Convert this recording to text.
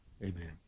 Amen